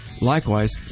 Likewise